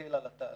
וכן הלאה.